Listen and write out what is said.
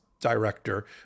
director